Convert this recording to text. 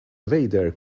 vader